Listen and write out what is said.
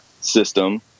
system